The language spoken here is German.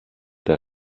der